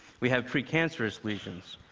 we have pre-cancerous lesions,